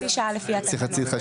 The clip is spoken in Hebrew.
חצי שעה לפי התקנות.